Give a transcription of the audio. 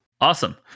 Awesome